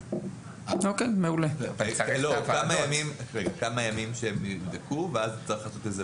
כמה ימים שהם יבדקו ואז צריך לעשות ועדה על העברת מידע בין-ציבורי,